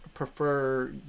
Prefer